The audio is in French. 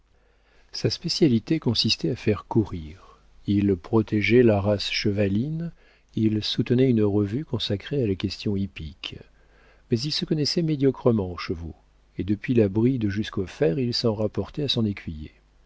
sa spécialité consistait à faire courir il protégeait la race chevaline il soutenait une revue consacrée à la question hippique mais il se connaissait médiocrement en chevaux et depuis la bride jusqu'aux fers il s'en rapportait à son écuyer